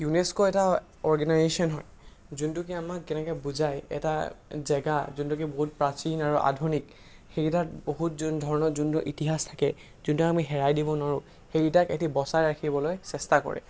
UNESCO এটা organisation হয় যোনটো কি আমাক যেনেকৈ বুজায় এটা জেগা যোনটো কি বহুত প্ৰাচীন আৰু আধুনিক সেইকেইটাত বহুত যোন ধৰণৰ যোন ইতিহাস থাকে যোনটো আমি হেৰাই দিব নোৱাৰোঁ সেইকেইটাক ইহঁতি বচাই ৰাখিবলৈ চেষ্টা কৰে